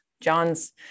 John's